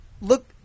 look